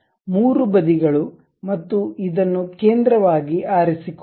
3 ಬದಿಗಳು ಮತ್ತು ಇದನ್ನು ಕೇಂದ್ರವಾಗಿ ಆರಿಸಿಕೊಳ್ಳಿ